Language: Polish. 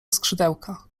skrzydełka